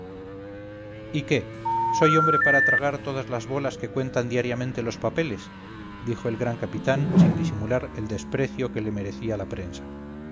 y qué soy hombre para tragar todas las bolas que cuentan diariamente los papeles dijo el gran capitán sin disimular el desprecio que le merecía la prensa